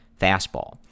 fastball